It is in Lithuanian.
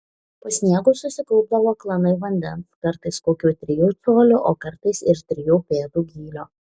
po sniegu susikaupdavo klanai vandens kartais kokių trijų colių o kartais ir trijų pėdų gylio